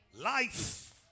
Life